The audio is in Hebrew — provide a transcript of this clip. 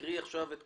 נקרא את כל